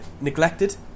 neglected